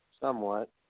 somewhat